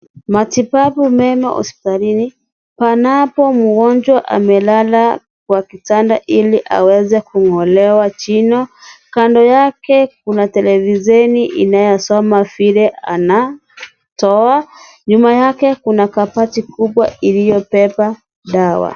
Matibabu meno hospitalini panapo mgonjwa amelala kwa kitanda ili aweze kung'olewa jino. Kando yake kuna televisheni inayosoma vile anatoa. Nyuma yake kuna kabati kubwa iliyobeba dawa.